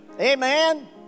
Amen